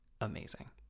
Amazing